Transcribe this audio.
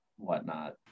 whatnot